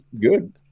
Good